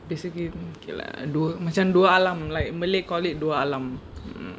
basically okay lah dua macam dua alam like malay call it dua alam